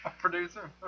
producer